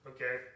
Okay